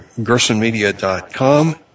gersonmedia.com